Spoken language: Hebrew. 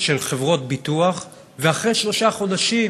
של חברות ביטוח ואחרי שלושה חודשים